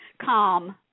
Calm